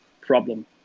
problem